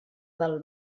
del